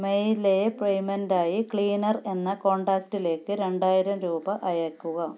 മെയ്യിലെ payment ആയി cleaner എന്ന കോണ്ടാക്റ്റിലേക്ക് രണ്ടായിരം രൂപ അയയ്ക്കുക